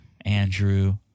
Andrew